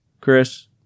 Chris